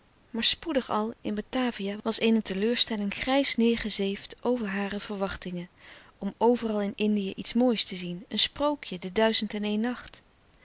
maar spoedig al in batavia was eene teleurstelling grijs neêr gezeefd over hare verwachtingen om overal in indië iets moois te zien een sprookje de duizend-en-een-nacht